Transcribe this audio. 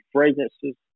Fragrances